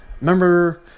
Remember